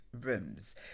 rooms